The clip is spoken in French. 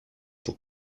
pour